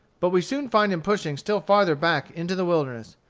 but we soon find him pushing still farther back into the wilderness,